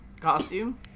costume